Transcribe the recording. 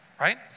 right